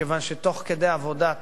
מכיוון שתוך כדי עבודת